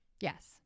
Yes